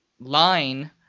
line